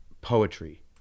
poetry